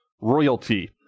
royalty